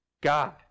God